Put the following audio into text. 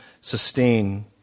sustain